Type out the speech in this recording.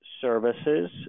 services